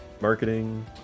Marketing